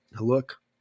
look